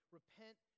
Repent